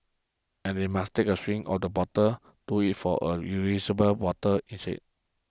and if they must take a swig of the bottle do it for a reusable bottle instead